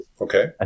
Okay